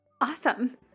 Awesome